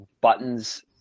buttons